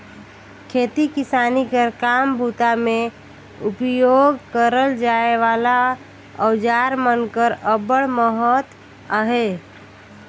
खेती किसानी कर काम बूता मे उपियोग करल जाए वाला अउजार मन कर अब्बड़ महत अहे